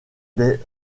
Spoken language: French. des